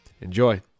Enjoy